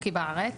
חוקי בארץ.